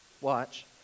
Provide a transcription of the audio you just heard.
Watch